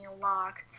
locked